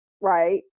right